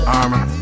armor